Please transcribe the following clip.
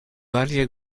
varie